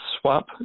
swap